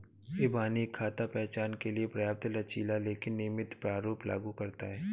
इबानी खाता पहचान के लिए पर्याप्त लचीला लेकिन नियमित प्रारूप लागू करता है